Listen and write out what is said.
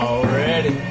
Already